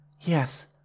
Yes